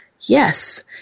Yes